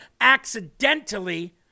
accidentally